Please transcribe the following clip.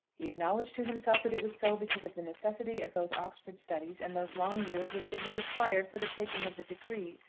he acknowledged to himself that it was so, because of the necessity of those oxford studies and those long years which would be required for the taking of the degree.